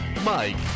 Mike